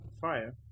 fire